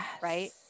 right